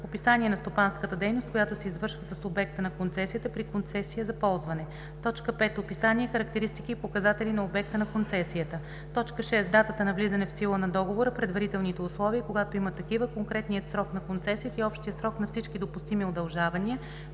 описание на стопанската дейност, която се извършва с обекта на концесията при концесия за ползване; 5. описание, характеристики и показатели на обекта на концесията; 6. датата на влизане в сила на договора, предварителните условия, когато има такива, конкретният срок на концесията и общият срок на всички допустими удължавания,